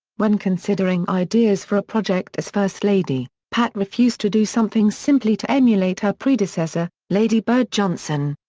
when considering ideas for a project as first lady, pat refused to do something simply to emulate her predecessor, lady bird johnson.